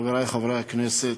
חברי חברי הכנסת,